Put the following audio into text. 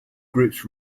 groups